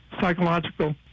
psychological